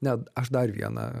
ne aš dar vieną